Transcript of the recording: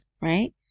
right